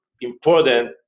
important